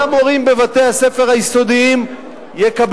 נא לצלצל.